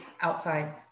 outside